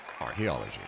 Archaeology